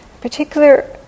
particular